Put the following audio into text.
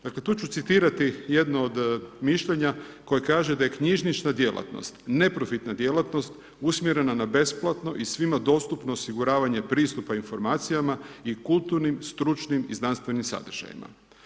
Dakle tu ću citirati jedno od mišljenja koje kaže da je knjižnična djelatnost neprofitna djelatnost usmjerena na besplatno i svima dostupno osiguravanje pristupa informacijama i kulturnim, stručnim i znanstvenim sadržajima.